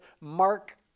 Mark